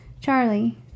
Charlie